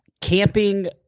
Camping